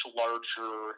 larger